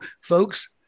folks